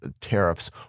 tariffs